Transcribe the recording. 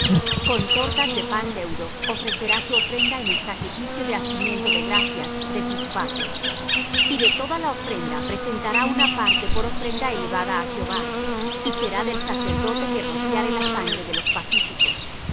con tortas de pan leudo ofrecerá su ofrenda en el sacrificio de hacimiento de gracias de sus paces y de toda la ofrenda presentará una parte por ofrenda elevada á jehová y será del sacerdote que rociare la sangre de los pacíficos